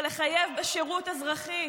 ולחייב בשירות אזרחי,